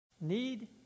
Need